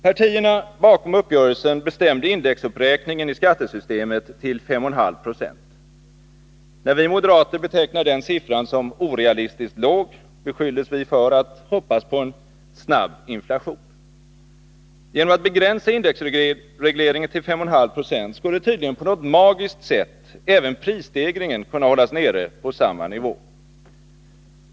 Partierna bakom uppgörelsen bestämde indexuppräkningen i skattesystemet till 5,5 90. När vi moderater betecknade den siffran som orealistiskt låg, beskylldes vi för att hoppas på en snabb inflation. Genom att begränsa indexregleringen till 5,5 96 skulle man tydligen på något magiskt sätt kunna hålla även prisstegringen nere på samma nivå.